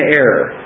error